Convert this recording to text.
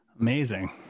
Amazing